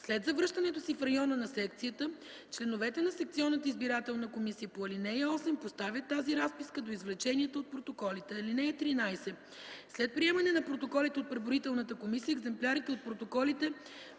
След завръщането си в района на секцията членовете на секционната избирателна комисия по ал. 8 поставят тази разписка до извлеченията от протоколите. (13) След приемане на протоколите от преброителната комисия, екземплярите от протоколите,